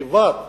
לבד.